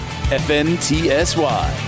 FNTSY